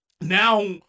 now